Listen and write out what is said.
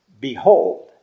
Behold